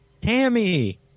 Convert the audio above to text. Tammy